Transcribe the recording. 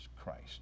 Christ